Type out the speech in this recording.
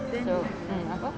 so mm apa